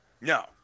no